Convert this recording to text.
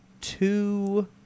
two